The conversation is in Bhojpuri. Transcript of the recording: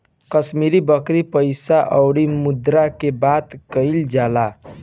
कश्मीरी बकरी पइसा अउरी मुद्रा के बात कइल जाला